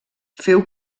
féu